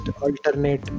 alternate